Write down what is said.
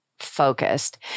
focused